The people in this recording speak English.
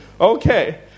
Okay